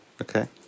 Okay